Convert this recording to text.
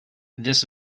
this